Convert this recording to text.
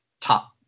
top